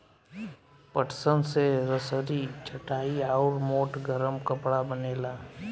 पटसन से रसरी, चटाई आउर मोट गरम कपड़ा बनेला